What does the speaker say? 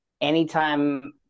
anytime